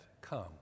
come